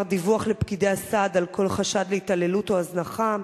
דיווח לפקידי הסעד על כל חשד להתעללות או הזנחה.